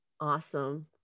awesome